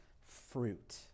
fruit